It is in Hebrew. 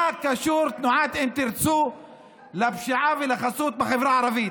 מה קשורה תנועת אם תרצו לפשיעה ולחסות בחברה הערבית?